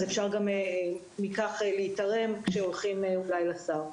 אז אפשר גם מכך להיתרם כשהולכים אולי לשר.